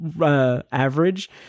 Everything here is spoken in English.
average